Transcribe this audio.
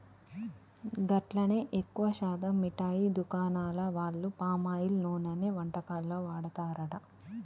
గట్లనే ఎక్కువ శాతం మిఠాయి దుకాణాల వాళ్లు పామాయిల్ నూనెనే వంటకాల్లో వాడతారట